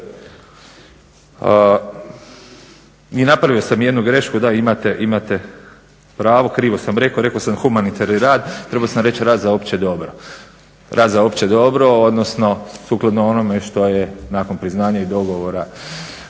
I napravio sam jednu grešku, da imate pravo krivo sam rekao, rekao sam humanitarni rad, trebao sam reći rad za opće dobro, odnosno sukladno onome što je nakon priznanja i dogovora